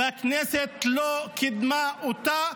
והכנסת לא קידמה אותה,